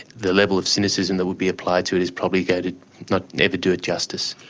the level of cynicism that would be applied to it is probably going to not ever do it justice.